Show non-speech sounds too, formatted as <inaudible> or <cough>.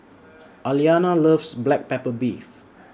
<noise> Aliana loves Black Pepper Beef